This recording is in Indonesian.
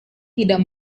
tidak